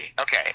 Okay